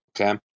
Okay